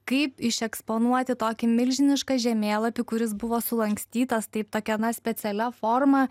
kaip išeksponuoti tokį milžinišką žemėlapį kuris buvo sulankstytas taip tokia na specialia forma